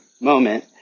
moment